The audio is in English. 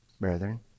brethren